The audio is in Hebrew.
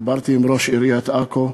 דיברתי עם ראש עיריית עכו,